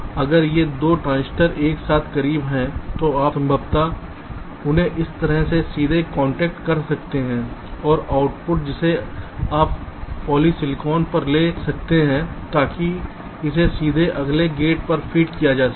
तो अगर ये 2 ट्रांजिस्टर एक साथ करीब हैं तो आप संभवतः उन्हें इस तरह से सीधे कनेक्ट कर सकते हैं और आउटपुट जिसे आप पॉलीसिलिकॉन पर ले सकते हैं ताकि इसे सीधे अगले गेट पर फीड किया जा सके